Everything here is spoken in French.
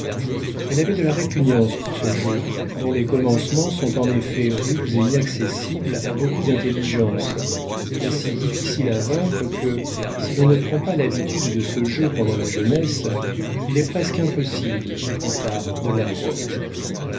elle avait de la répugnance pour ce jeu dont les commencements sont en effet rudes et inaccessibles à beaucoup d'intelligences et si difficiles à vaincre que si l'on ne prend pas l'habitude de ce jeu pendant la jeunesse il est presque impossible plus tard de l'apprendre